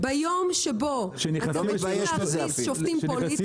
ביום שבו אתם רוצים להכניס לשופטים פוליטיקה -- כשנכנסים